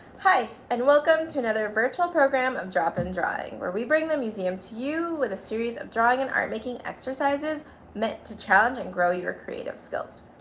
hi and welcome to another virtual program of drop in drawing, where we bring the museum to you with a series of drawing and art making exercises meant to challenge and grow your creative skills.